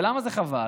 ולמה זה חבל?